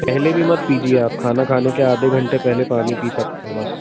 पहले भी मत पीजिए आप खाने खाने के आधे घंटे पहले पानी पी सकते हो बस